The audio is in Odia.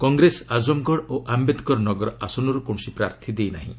କଂଗ୍ରେସ ଆଜମଗଡ଼ ଓ ଆୟେଦକର ନଗର ଆସନରୁ କୌଣସି ପ୍ରାର୍ଥୀ ଦେଇନାହିଁ